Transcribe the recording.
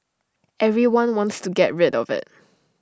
everyone wants to get rid of IT